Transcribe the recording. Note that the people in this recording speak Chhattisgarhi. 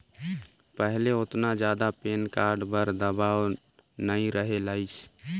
पहिले ओतना जादा पेन कारड बर दबाओ नइ रहें लाइस